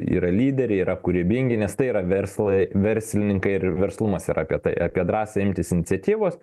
yra lyderiai yra kūrybingi nes tai yra verslai verslininkai ir verslumas yra apie tai apie drąsą imtis iniciatyvos